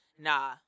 Nah